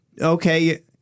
Okay